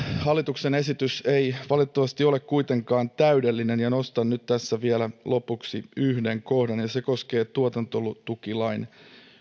hallituksen esitys ei valitettavasti ole kuitenkaan täydellinen nostan nyt vielä lopuksi yhden kohdan ja se koskee tuotantotukilain